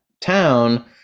town